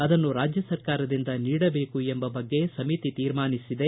ಅದನ್ನು ರಾಜ್ಯ ಸರ್ಕಾರದಿಂದ ನೀಡಬೇಕು ಎಂಬ ಬಗ್ಗೆ ಸಮಿತಿ ತೀರ್ಮಾನಿಸಿದೆ